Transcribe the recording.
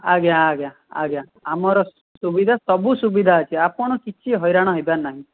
ଆଜ୍ଞା ଆଜ୍ଞା ଆଜ୍ଞା ଆମର ସୁବିଧା ସବୁ ସୁବିଧା ଅଛି ଆପଣ କିଛି ହଇରାଣ ହେବାର ନାହିଁ